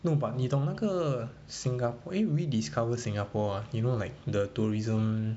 no but 你懂那个 singa~ re~ rediscover singapore uh you know like the tourism